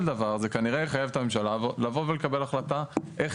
דבר זה כנראה יחייב את הממשלה לבוא ולקבל החלטה איך